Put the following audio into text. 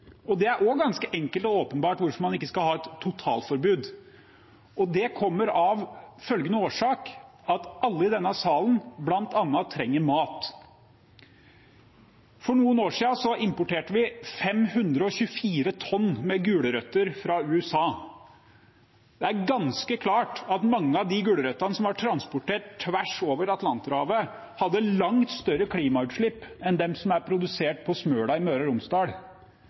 Det er ganske enkelt og åpenbart hvorfor man ikke skal ha et totalforbud. Det har følgende årsak: at alle i denne salen bl.a. trenger mat. For noen år siden importerte vi 524 tonn gulrøtter fra USA. Det er ganske klart at mange av de gulrøttene som ble transportert tvers over Atlanterhavet, hadde langt større klimautslipp enn de som ble produsert på Smøla i Møre og Romsdal.